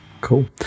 Cool